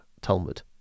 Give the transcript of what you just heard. Talmud